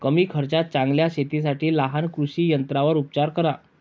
कमी खर्चात चांगल्या शेतीसाठी लहान कृषी यंत्रांवर उपचार करा